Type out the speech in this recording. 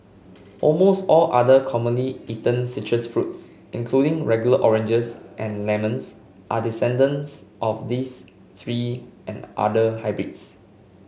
almost all other commonly eaten citrus fruits including regular oranges and lemons are descendants of these three and other hybrids